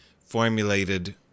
formulated